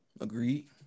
Agreed